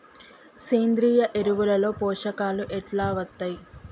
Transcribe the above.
సేంద్రీయ ఎరువుల లో పోషకాలు ఎట్లా వత్తయ్?